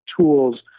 tools